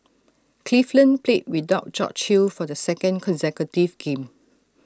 cleveland played without George hill for the second consecutive game